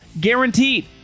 guaranteed